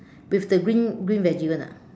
with the green green veggie one ah